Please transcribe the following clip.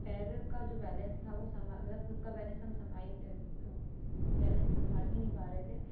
पैर का जो बैलेंस था वो समा मतलब ख़ुद का बैलेंस हम संभाल बैलेंस सम्भाल ही नहीं पा रहे थे